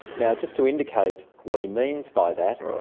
now just to indicate what he means by that,